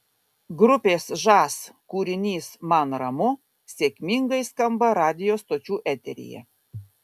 grupės žas kūrinys man ramu sėkmingai skamba radijo stočių eteryje